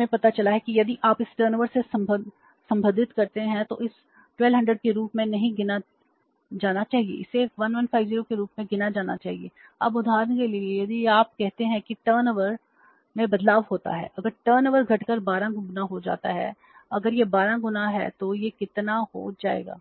तब हमें पता चला है कि यदि आप इसे टर्नओवरमें बदलाव होता है अगर टर्नओवर घटकर 12 गुना हो जाता है अगर यह 12 गुना है तो यह कितना हो जाएगा